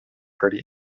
party